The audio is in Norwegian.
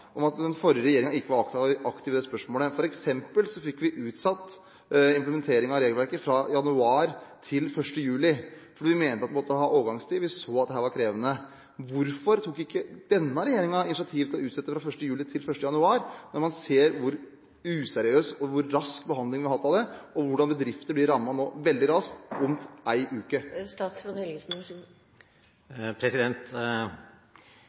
at den forrige regjeringen ikke var aktiv i dette spørsmålet. Vi fikk f.eks. utsatt implementering av regelverket fra januar til 1. juli, fordi vi mente at man måtte ha overgangstid, for vi så at dette var krevende. Hvorfor tok ikke denne regjeringen initiativ til å utsette implementeringen fra 1. juli til 1. januar når man ser hvor useriøs og rask behandling man har hatt av dette og hvordan bedrifter blir rammet veldig raskt: om én uke?